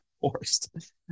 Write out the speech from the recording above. forced